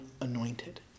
anointed